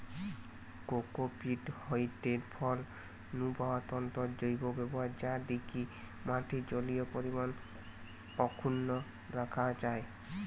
cocopeat হয়ঠে ফল নু পাওয়া তন্তুর জৈব ব্যবহার যা দিকি মাটির জলীয় পরিমাণ অক্ষুন্ন রাখা যায়